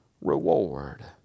reward